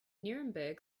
nuremberg